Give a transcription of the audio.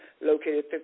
located